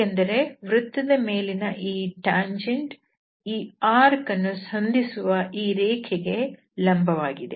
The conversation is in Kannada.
ಯಾಕೆಂದರೆ ವೃತ್ತದ ಮೇಲಿನ ಈ ಸ್ಪರ್ಶಕ ಈ ಕಂಸ ವನ್ನು ಸಂಧಿಸುವ ಈ ರೇಖೆಗೆ ಲಂಬ ವಾಗಿದೆ